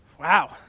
wow